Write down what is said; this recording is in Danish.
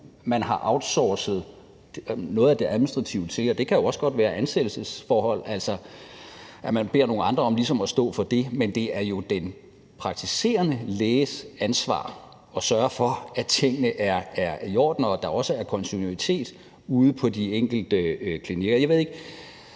man har outsourcet noget af det administrative arbejde til, og det kan jo også godt være ansættelsesforhold, altså at man beder nogle andre om ligesom at stå for det, men det er jo den praktiserende læges ansvar at sørge for, at tingene er i orden, og at der også er kontinuitet ude på de enkelte klinikker.